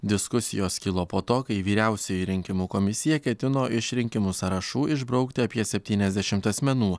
diskusijos kilo po to kai vyriausioji rinkimų komisija ketino iš rinkimų sąrašų išbraukti apie septyniasdešimt asmenų